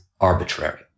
arbitrary